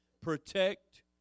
protect